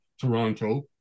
Toronto